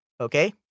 okay